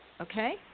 Okay